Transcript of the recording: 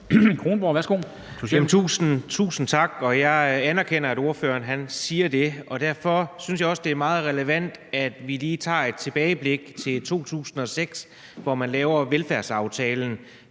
Tusind tak. Jeg anerkender, at ordføreren siger det. Derfor synes jeg også, det er meget relevant, at vi lige tager et tilbageblik til 2006, hvor man laver velfærdsaftalen.